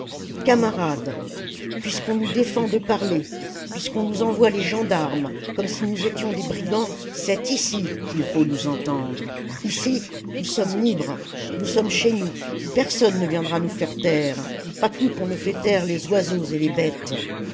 camarades puisqu'on nous défend de parler puisqu'on nous envoie les gendarmes comme si nous étions des brigands c'est ici qu'il faut nous entendre ici nous sommes libres nous sommes chez nous personne ne viendra nous faire taire pas plus qu'on ne fait taire les oiseaux et les bêtes